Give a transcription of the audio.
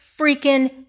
freaking